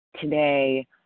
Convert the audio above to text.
today